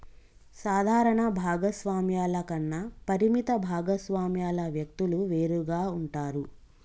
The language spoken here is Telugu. సాధారణ భాగస్వామ్యాల కన్నా పరిమిత భాగస్వామ్యాల వ్యక్తులు వేరుగా ఉంటారు